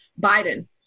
Biden